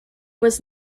was